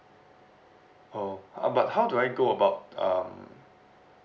oh uh but how do I go about um